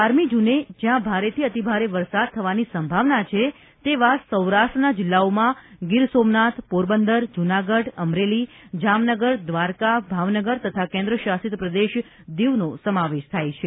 બારમી જુને જ્યાં ભારેથી અતિ ભારે વરસાદ થવાની સંભાવના છે તેવા સૌરાષ્ટ્રના જિલ્લાઓમાં ગીરસોમનાથ પોરબંદર જૂનાગઢ અમરેલી જામનગર દ્વારકા ભાવનગર તથા કેન્દ્રશાસિત પ્રદેશ દિવનો સમાવેશ થાય છે